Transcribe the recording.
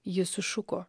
jis sušuko